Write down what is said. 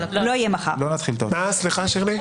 נתחיל איתו.